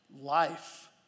life